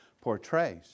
portrays